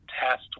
test